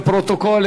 לפרוטוקול,